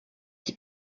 die